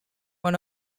one